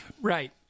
Right